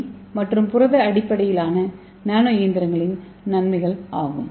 ஏ மற்றும் புரத அடிப்படையிலான நானோ இயந்திரங்களின் நன்மைகள் ஆகும்